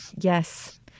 Yes